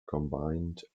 combined